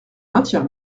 maintiens